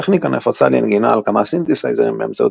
טכניקה נפוצה לנגינה על כמה סינתסייזרים באמצעות